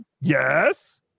yes